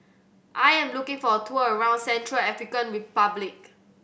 I am looking for a tour around Central African Republic